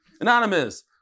Anonymous